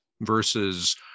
versus